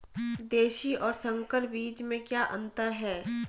देशी और संकर बीज में क्या अंतर है?